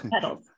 petals